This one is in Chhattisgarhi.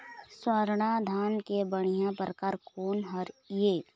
स्वर्णा धान के बढ़िया परकार कोन हर ये?